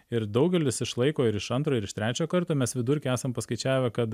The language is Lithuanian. ir daugelis išlaiko ir iš antro ir iš trečio karto mes vidurkį esam paskaičiavę kad